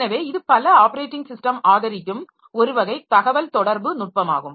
எனவே இது பல ஆப்பரேட்டிங் ஸிஸ்டம் ஆதரிக்கும் ஒரு வகை தகவல்தொடர்பு நுட்பம் ஆகும்